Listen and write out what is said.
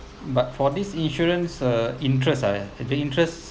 but for this insurance uh interest ah the interest